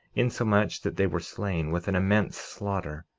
insomuch that they were slain with an immense slaughter.